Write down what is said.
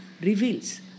reveals